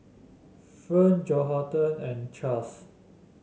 Fern Johathan and Chas